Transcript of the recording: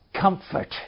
comfort